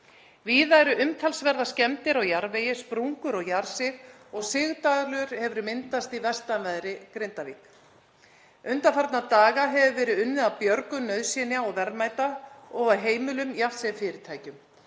Víða eru umtalsverðar skemmdir á jarðvegi, sprungur og jarðsig og sigdalur hefur myndast í vestanverðri Grindavík. Undanfarna daga hefur verið unnið að björgun nauðsynja og verðmæta af heimilum jafnt sem fyrirtækjum.